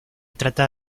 trata